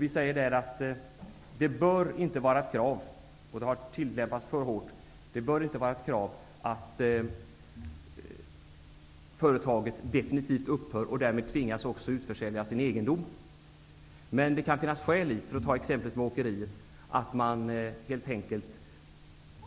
Vi menar att det inte bör vara ett krav -- här har tillämpningen varit för hård -- att företaget definitivt upphör och därmed tvingas utförsälja sin egendom. Det kan finnas skäl t.ex. för ett åkeri att helt enkelt